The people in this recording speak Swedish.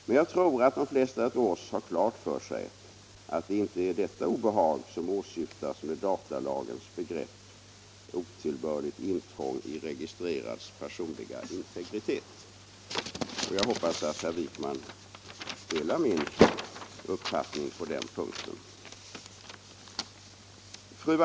Men jag tror att de flesta av oss har klart för sig att det inte är detta obehag som åsyftas med datalagens begrepp ”otillbörligt intrång i personlig integritet”, och jag hoppas att herr Wijkman delar min uppfattning på den punkten.